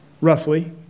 roughly